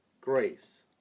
grace